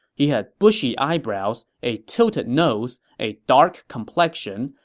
he had bushy eyebrows, a tilted nose, a dark complexion,